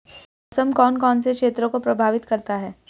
मौसम कौन कौन से क्षेत्रों को प्रभावित करता है?